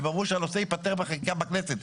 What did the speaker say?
הם אמרו שהנושא ייפתר בחקיקה בכנסת.